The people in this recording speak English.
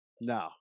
No